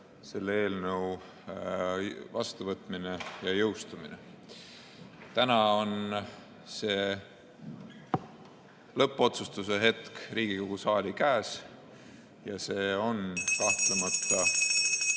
selle eelnõu vastuvõtmine ja jõustumine. Täna on lõppotsustuse hetk Riigikogu saali käes. See on kahtlemata ...